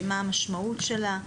מה המשמעות שלה?